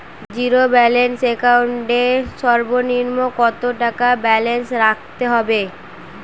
Zero balance account এর সর্বনিম্ন কত টাকা ব্যালেন্স রাখতে হবে?